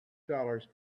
dollars